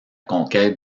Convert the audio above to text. conquête